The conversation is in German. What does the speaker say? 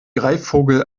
greifvogel